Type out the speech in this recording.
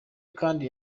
kandi